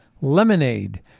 Lemonade